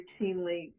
routinely